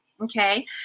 Okay